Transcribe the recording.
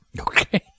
Okay